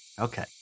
okay